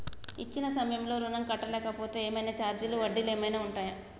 ఇచ్చిన సమయంలో ఋణం కట్టలేకపోతే ఏమైనా ఛార్జీలు వడ్డీలు ఏమైనా ఉంటయా?